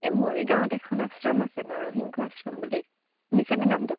এ মৰিগাঁওত এখন আশ্ৰম আছে নৰসিংহ আশ্ৰম বুলি শুনিছানে নামটো